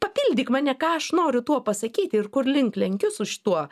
papildyk mane ką aš noriu tuo pasakyti ir kur link lenkiu su šituo